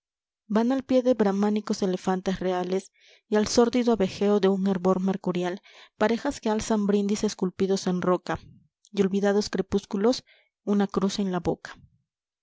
van al pié de brahacmánicos elefantes reales y al sórdido abtjeo de un hervor mercurial parejas que alzan brindis esculpidos en roca y olvidados crepúsculos una cruz en la boca